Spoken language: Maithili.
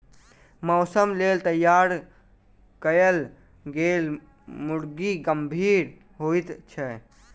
मौसक लेल तैयार कयल गेल मुर्गी भरिगर होइत छै